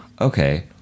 okay